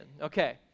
Okay